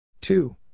two